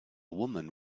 woman